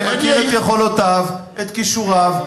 אני מכיר את יכולותיו, את כישוריו.